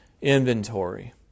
inventory